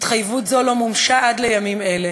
התחייבות זו לא מומשה עד לימים אלה,